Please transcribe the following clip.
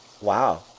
Wow